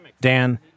Dan